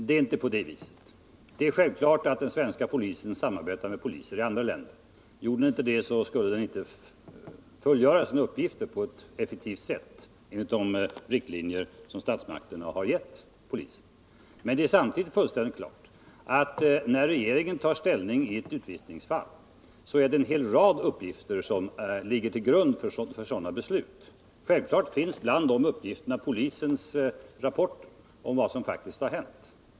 Det är inte på det viset. Det är självklart att den svenska polisen samarbetar med poliser i andra länder. Gjorde den inte det skulle den inte fullgöra sina uppgifter på ett effektivt sätt enligt de riktlinjer som statsmakterna har gett den. Men det är samtidigt fullständigt klart att när regeringen tar ställning i ett utvisningsfall är det en hel rad uppgifter som ligger till grund för sådana beslut. Självfallet finns bland de uppgifterna polisens rapporter om vad som faktiskt har hänt.